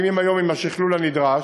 מקימים היום עם השכלול הנדרש.